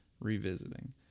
revisiting